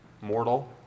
mortal